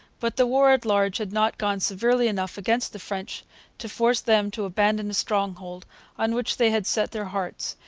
but the war at large had not gone severely enough against the french to force them to abandon a stronghold on which they had set their hearts,